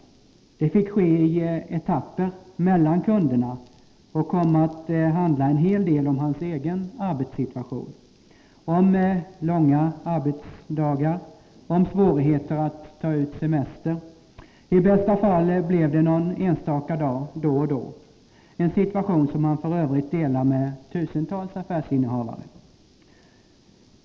Det fick ske i etapper, mellan kunderna, och kom att handla en hel del om hans egen arbetssituation. Om långa arbetsdagar. Om svårigheter att ta ut semester. I bästa fall blev det någon enstaka dag då och då, en situation som han f. ö. delar med tusentals affärsinnehavare.